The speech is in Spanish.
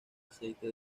aceite